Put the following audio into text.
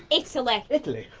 italy. italy.